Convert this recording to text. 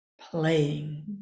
playing